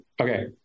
Okay